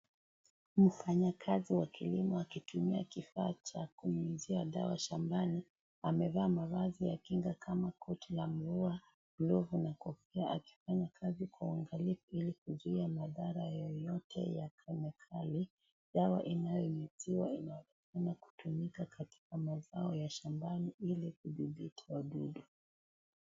Mfanyakazi wa kilimo akitumia kifaa cha kunyunyizia dawa shambani. Amevaa mavazi ya kinga kama koti la mvua, glovu na kofia akifanya kazi kwa uangalifu ili kuzuia madhara yote ya kemikali. Dawa inayonyunyizwa inaonekana kutumika katika mazao ya shambani ili kudhibiti wadudu.